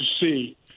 see